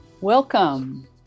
Welcome